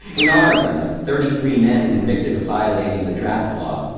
in oregon, of thirty-three men convicted of violating the draft law,